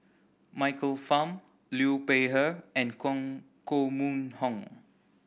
Michael Fam Liu Peihe and Koh Mun Hong